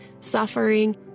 suffering